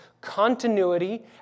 continuity